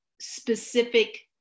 specific